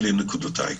אלה נקודותיי.